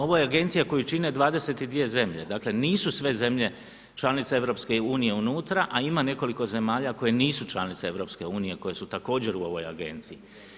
Ovo je agencija koju čine 22 zemlje, dakle nisu sve zemlje članice EU-a unutra a ima nekoliko zemalja koje nisu članice EU-a koje su također u ovoj agenciji.